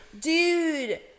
Dude